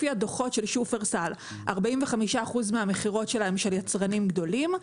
לפי הדוחות של שופרסל 45% מהמכירות שלהם של יצרנים גדולים,